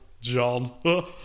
John